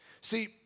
See